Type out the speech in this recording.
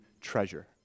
treasure